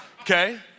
okay